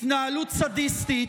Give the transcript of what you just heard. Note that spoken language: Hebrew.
גלעד, התנהלות סדיסטית,